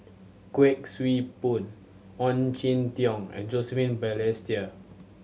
Kuik Swee Boon Ong Jin Teong and Joseph Balestier